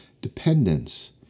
dependence